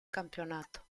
campeonato